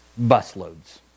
busloads